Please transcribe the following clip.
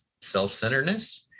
self-centeredness